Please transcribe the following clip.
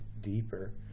deeper